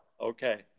Okay